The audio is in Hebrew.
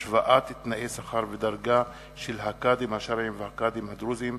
השוואת תנאי שכר ודרגה של הקאדים השרעיים והקאדים הדרוזיים,